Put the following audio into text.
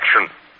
action